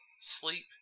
sleep